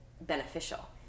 beneficial